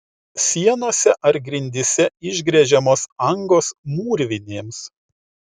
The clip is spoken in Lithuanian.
sienose ar grindyse išgręžiamos angos mūrvinėms